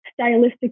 stylistically